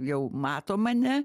jau mato mane